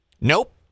Nope